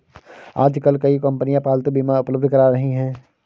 आजकल कई कंपनियां पालतू बीमा उपलब्ध करा रही है